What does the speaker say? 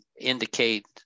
indicate